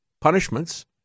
punishments